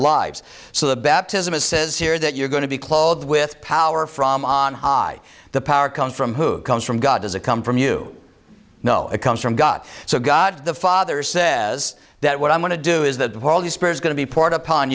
lives so the baptism it says here is that you're going to be clogged with power from on high the power comes from who comes from god does it come from you know it comes from god so god the father says that what i'm going to do is that the holy spirit is going to be poured upon